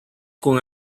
con